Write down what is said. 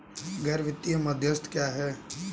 गैर वित्तीय मध्यस्थ क्या हैं?